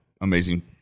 Amazing